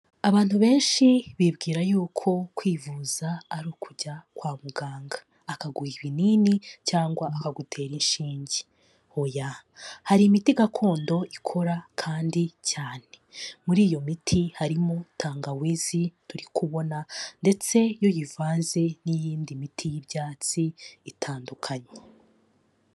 Abantu benshi bibwira yuko, kwivuza ari ukujya kwa muganga. Akaguha ibinini, cyangwa akagutera inshinge. Oya hari imiti gakondo ikora, kandi cyane. Muri iyo miti harimo tangawizi turi kubona, Ndetse iyo uyivanze n'iyindi miti y'ibyatsi, itandukanye.